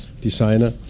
designer